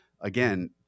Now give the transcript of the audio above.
again